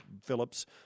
phillips